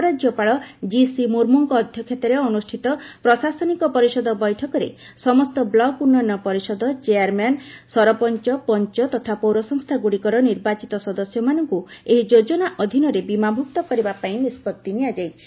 ଉପରାଜ୍ୟପାଳ ଜିସି ମୁର୍ମୁଙ୍କ ଅଧ୍ୟକ୍ଷତାରେ ଅନୁଷ୍ଠିତ ପ୍ରଶାସନିକ ପରିଷଦ ବୈଠକରେ ସମସ୍ତ ବ୍ଲକ୍ ଉନ୍ନୟନ ପରିଷଦ ଚେୟାରମ୍ୟାନ୍ ସରପଞ୍ଚ ପଞ୍ଚ ତଥା ପୌରସଂସ୍ଥାଗୁଡ଼ିକର ନିର୍ବାଚିତ ସଦସ୍ୟମାନଙ୍କୁ ଏହି ଯୋଜନା ଅଧୀନରେ ବୀମାଭୁକ୍ତ କରିବା ପାଇଁ ନିଷ୍ପତ୍ତି ନିଆଯାଇଛି